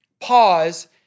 pause